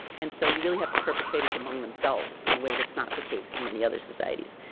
and so you really have the perpetrators among themselves in a way that's not the case in many other societies.